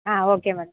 ah okay madam